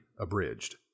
abridged